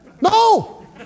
No